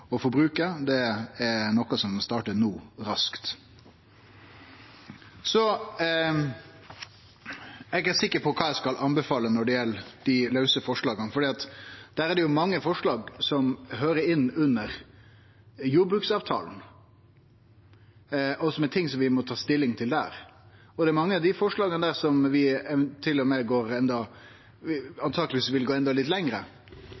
er noko som må starte no – raskt. Eg er ikkje sikker på kva eg skal anbefale når det gjeld dei lause forslaga, for der er det mange forslag som høyrer inn under jordbruksavtalen, og som er ting som vi må ta stilling til der. Når det gjeld mange av dei forslaga, vil vi antakeleg til og med gå endå litt